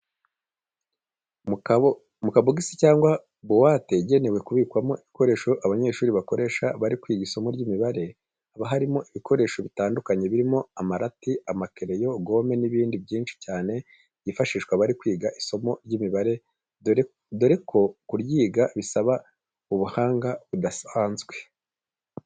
Mu kabogisi cyangwa buwate igenewe kubikwamo ibikoresho abanyeshuri bakoresha bari kwiga isomo ry'imibare, haba harimo ibikoresho bitandukanye birimo amarati, amakereyo, gome n'ibindi byinshi cyane byifashishwa bari kwiga isomo ry'imibare, dore ko kuryiga bisaba ubuhanga budasanzwe.